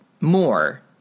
more